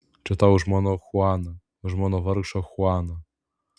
čia tau už mano chuaną už mano vargšą chuaną